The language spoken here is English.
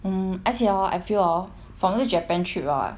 mm 而且 hor I feel hor from the japan trip ah